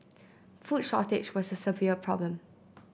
food shortage was a severe problem